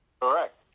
Correct